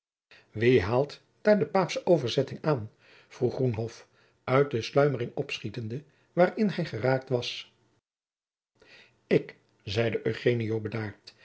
wie haalt daar de paapsche overzetting aan vroeg groenhof uit de sluimering opschietende waarin hij geraakt was ik zeide